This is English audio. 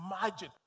imagine